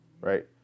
right